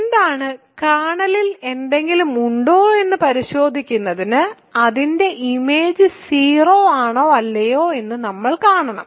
എന്താണ് കേർണലിൽ എന്തെങ്കിലും ഉണ്ടോയെന്ന് പരിശോധിക്കുന്നതിന് അത് ഇമേജ് 0 ആണോ അല്ലയോ എന്ന് നമ്മൾ കാണണം